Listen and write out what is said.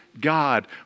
God